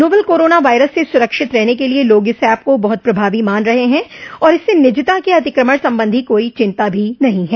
novel corona virus से सुरक्षित रहने के लिए लोग इस ऐप को बहुत प्रभावी मान रहे हैं और इससे निजता के अतिक्रमण संबंधी कोई चिंता भी नहीं है